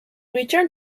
returned